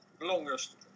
longest